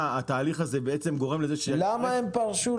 התהליך הזה בעצם גורם לזה --- לא הבנו למה הם פרשו?